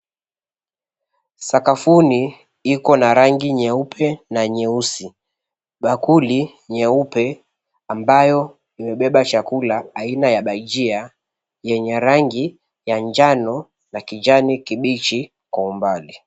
Sakafuni iko na rangi nyeupe na nyuesi, bakuli nyeupe ambayo imebeba chakula aina ya bajia yenye rangi ya njano na kijani kibichi kwa umbali.